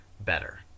better